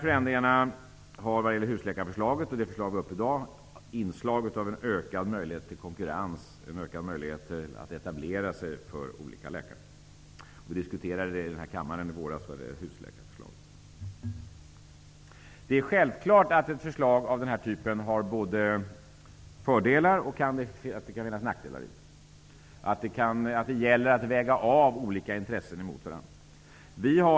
Förslaget till husläkare och de förslag som vi har uppe till behandling i dag har inslag av ökad möjlighet till konkurrens och ökade möjligheter för läkare att etablera sig. I våras diskuterade vi husläkarförslaget i den här kammaren. Det är självklart att ett förslag av den här typen har fördelar men att det också kan finnas nackdelar. Det gäller att väga olika intressen mot varandra.